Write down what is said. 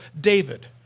David